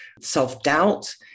self-doubt